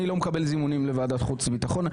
אני לא מקבל זימונים לוועדת חוץ וביטחון.